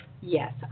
yes